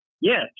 yes